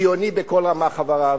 ציוני בכל רמ"ח איבריו.